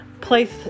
place